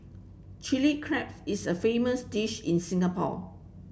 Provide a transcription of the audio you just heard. Chilli Crabs is a famous dish in Singapore